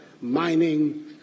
mining